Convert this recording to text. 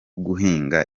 guhinga